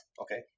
Okay